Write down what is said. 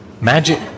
magic